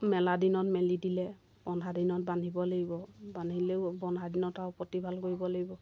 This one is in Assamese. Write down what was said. মেলা দিনত মেলি দিলে বন্ধা দিনত বান্ধিব লাগিব বান্ধিলেও বন্ধা দিনত আৰু প্ৰতিপাল কৰিব লাগিব